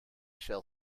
shall